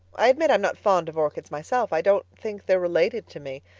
i admit i'm not fond of orchids myself. i don't think they're related to me.